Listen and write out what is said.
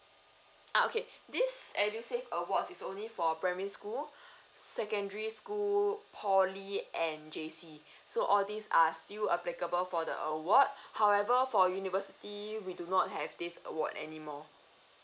ah okay this edusave award is only for primary school secondary school poly and J_C so all these are still applicable for the award however for university we do not have this award anymore